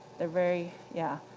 they're very yeah